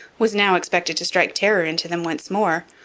was now expected to strike terror into them once more,